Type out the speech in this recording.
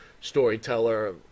storyteller